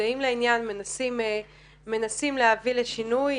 מודעים לעניין, מנסים להביא לשינוי.